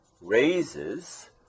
raises